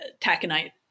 Taconite